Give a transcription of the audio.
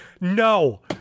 No